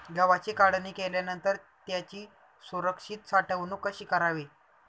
गव्हाची काढणी केल्यानंतर त्याची सुरक्षित साठवणूक कशी करावी?